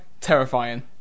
terrifying